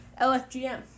LFGM